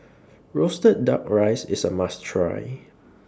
Roasted Duck Rice IS A must Try